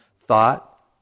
Thought